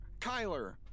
Kyler